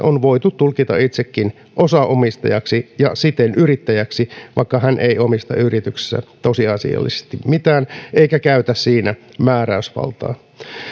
on voitu tulkita itsekin osaomistajaksi ja siten yrittäjäksi vaikka hän ei omista yrityksessä tosiasiallisesti mitään eikä käytä siinä määräysvaltaa